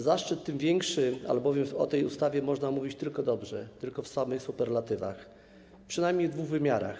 Zaszczyt to tym większy, że o tej ustawie można mówić tylko dobrze, tylko w samych superlatywach - przynajmniej w dwóch wymiarach.